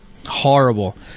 horrible